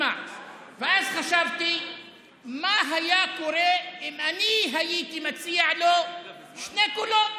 מה היה קורה אם אני הייתי מציע לו שני קולות,